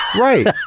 Right